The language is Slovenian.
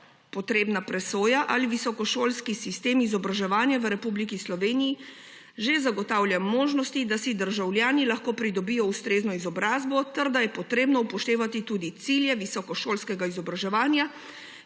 potrebna presoja, ali visokošolski sistem izobraževanja v Republiki Sloveniji že zagotavlja možnosti, da si državljani lahko pridobijo ustrezno izobrazbo ter da je treba upoštevati tudi cilje visokošolskega izobraževanja,